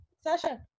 Sasha